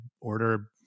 order